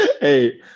Hey